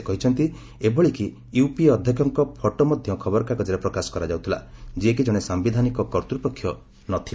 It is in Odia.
ସେ କହିଛନ୍ତି ଏଭଳି କି ୟୁପିଏ ଅଧ୍ୟକ୍ଷଙ୍କ ଫଟୋ ମଧ୍ୟ ସେ ଖବରକାଗଜରେ ପ୍ରକାଶ କରାଯାଉଥିଲା ଯିଏକି ଜଣେ ସାମ୍ବିଧାନିକ କର୍ତ୍ତୃପକ୍ଷ ନଥିଲେ